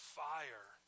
fire